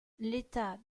l’état